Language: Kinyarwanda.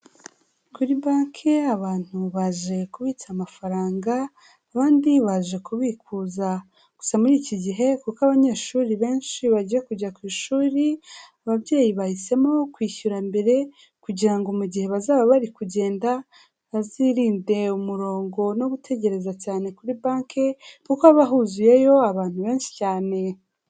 Kuri banki abantu baje kubitsa amafaranga abandi baje kubikuza, gusa muri iki gihe kuko abanyeshuri benshi bagiye kujya ku ishuri, ababyeyi bahisemo kwishyura mbere kugirango mu gihe bazaba bari kugenda, bazirinde umurongo no gutegereza cyane kuri banki, kuko haba huzuyeyo abantu benshi cyane.